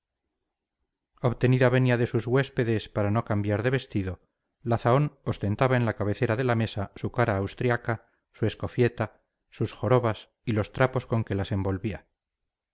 obtenida venia de sus huéspedes para no cambiar de vestido la zahón ostentaba en la cabecera de la mesa su cara austriaca su escofieta sus jorobas y los trapos con que las envolvía